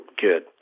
good